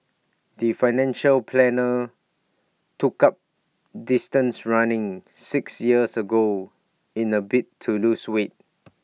the financial planner took up distance running six years ago in A bid to lose weight